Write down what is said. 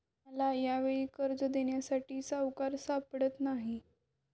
मला यावेळी कर्ज देण्यासाठी सावकार सापडत नाही